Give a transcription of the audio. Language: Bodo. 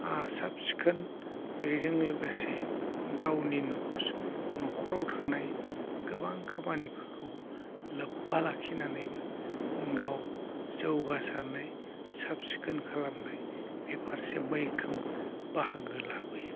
साब सिखोन बेजों लोगोसे गावनि न'खराव थानाय गोबां खामानिफोरखौ लोब्बा लाखिनानैबो गाव जौगासारनाय साफ सिखोन खालामनाय बेफारसे मैखोम बाहागो लाबोयो